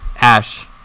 Ash